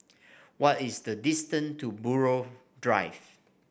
what is the distance to Buroh Drive